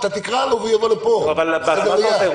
מה שאני מציע,